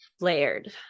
layered